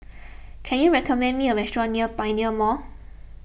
can you recommend me a restaurant near Pioneer Mall